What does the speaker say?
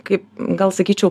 kaip gal sakyčiau